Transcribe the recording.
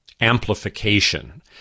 amplification